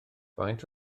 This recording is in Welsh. faint